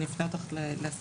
אני אפנה אותך לסעיף.